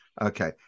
Okay